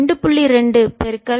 2 10 7 Nm2